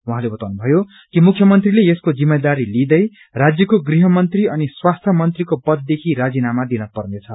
उहाँले बताउनु मयो कि मुख्य मंत्रीले यसको जिम्मेदारी लिंदै राज्यको गृह मंत्री अनि स्वास्थ्य मंत्रीको पददेखि राजीनामा दिन पर्नेछ